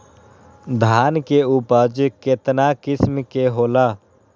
धान के उपज केतना किस्म के होला?